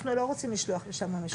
אנחנו לא רוצים לשלוח לשם משרתים.